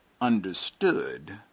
understood